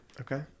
Okay